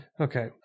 Okay